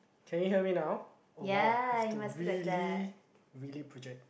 can you hear me now oh !wow! I have to really really project